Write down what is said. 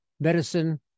medicine